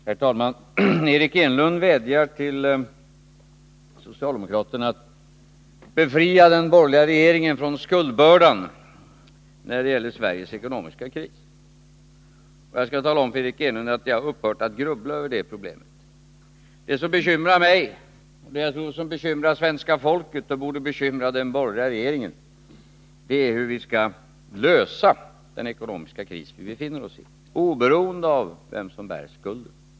Herr talman! Eric Enlund vädjar till socialdemokraterna att befria den borgerliga regeringen från skuldbördan när det gäller Sveriges ekonomiska kris. Jag skall tala om för Eric Enlund att jag har upphört att grubbla över det problemet. Det som bekymrar mig, bekymrar svenska folket och borde bekymra den borgerliga regeringen är hur vi skall lösa den ekonomiska kris som vi befinner oss i, oberoende av vem som bär skulden.